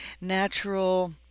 natural